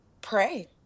pray